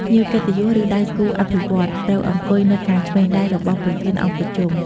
ភ្ញៀវកិត្តិយស ឬដៃគូអភិវឌ្ឍន៍ ត្រូវអង្គុយនៅខាងឆ្វេងដៃរបស់ប្រធានអង្គប្រជុំ។